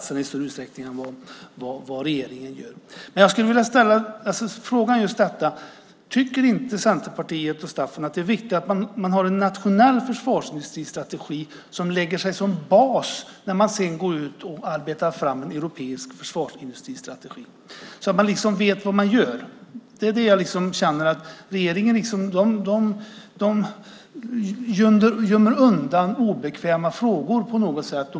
Det gör vi i större utsträckning än vad regeringen gör. Men jag skulle vilja ställa en fråga om just detta. Tycker inte Centerpartiet och Staffan att det är viktigt att man har en nationell försvarsindustristrategi som lägger sig som bas när man sedan går ut och arbetar fram en europeisk försvarsindustristrategi, så att man liksom vet vad man gör? Jag känner att regeringen på något sätt gömmer obekväma frågor.